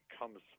comes